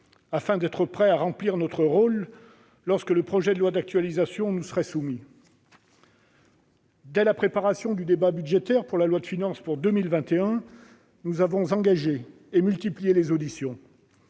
afin d'être prêts à remplir notre rôle lorsque le projet de loi d'actualisation nous serait soumis. Ainsi, dès la préparation du débat budgétaire sur le projet de loi de finances pour 2021, nous avons engagé et multiplié les auditions.